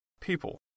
People